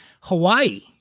hawaii